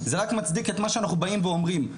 זה רק מצדיק את מה שאנחנו באים ואומרים,